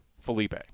felipe